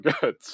good